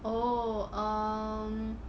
oh um